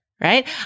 Right